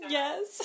yes